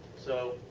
so.